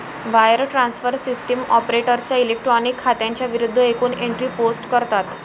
wire transfer system ऑपरेटरच्या electronic खात्यांच्या विरूद्ध एकूण एंट्री पोस्ट करतात